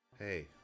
Hey